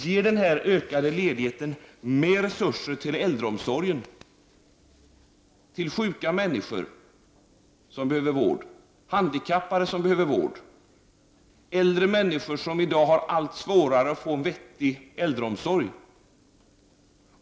Ger den ökade ledigheten mer resurser till äldreomsorgen, till sjuka människor och handikappade som behöver vård? Äldre människor har i dag allt svårare att få vettig äldreomsorg.